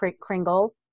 Kringle